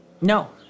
No